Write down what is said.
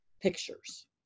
pictures